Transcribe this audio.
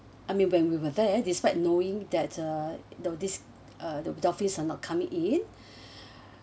I mean when we were there despite knowing that uh you know this uh the dolphins are not coming in